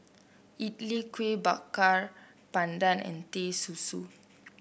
idly Kuih Bakar Pandan and Teh Susu